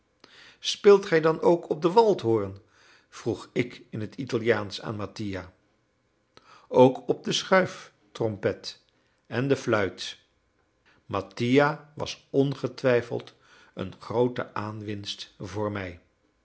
speelt gij dan ook op den waldhoren vroeg ik in het italiaansch aan mattia ook op de schuiftrompet en de fluit mattia was ongetwijfeld een groote aanwinst voor mij